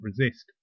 resist